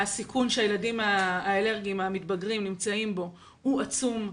הסיכון שהילדים האלרגיים המתבגרים נמצאים בו הוא עצום.